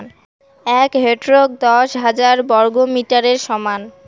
এক হেক্টর দশ হাজার বর্গমিটারের সমান